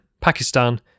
Pakistan